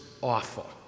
awful